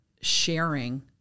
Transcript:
sharing